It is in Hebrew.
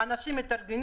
אבל אנשים מתארגנים,